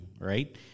right